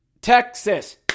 Texas